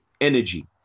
energy